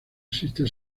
existe